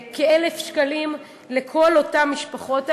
כ-1,000 שקלים לכל המשפחות האלה.